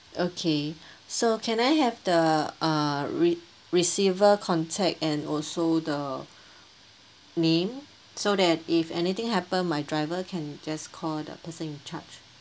okay so can I have the uh re~ receiver contact and also the name so that if anything happen my driver can just call the person in charge